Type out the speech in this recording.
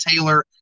Taylor